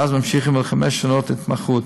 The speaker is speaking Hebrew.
ואז ממשיכים לחמש שנות התמחות.